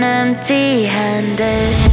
empty-handed